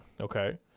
Okay